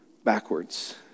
Backwards